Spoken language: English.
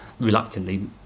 reluctantly